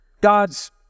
God's